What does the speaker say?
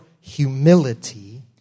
humility